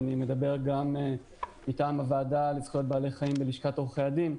ואני מדבר גם מטעם הוועדה לזכויות בעלי חיים בלשכת עורכי דין.